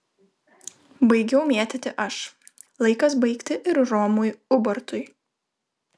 baigiau mėtyti aš laikas baigti ir romui ubartui